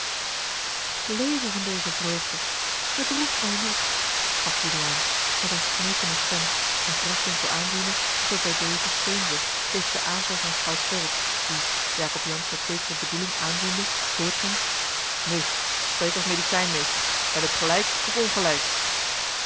ik leve van deze vreugde bedroef mij niet sprak juliaan met eene smeekende stem en graswinckel aanziende of hij bij dezen steun zocht tegen den aanval van schout gerrit die jacob jansz met zekere bedoeling aanziende voortging nu spreek als medicijnmeester heb ik gelijk of ongelijk